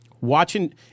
watching